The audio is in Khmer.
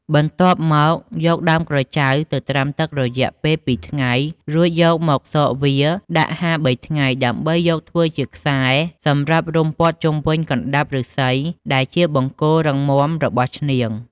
បន្ទាប់មកយកដើមក្រចៅទៅត្រាំទឹករយៈពេល ២ថ្ងៃរួចយកមកសកវាដាក់ហាល៣ថ្ងៃដើម្បីយកធ្វើជាខ្សែសម្រាប់វុំព័ទ្ធជុំវិញកណ្តាប់ឫស្សីដែលជាបង្គោលរឹងមាំរបស់ឈ្នាង។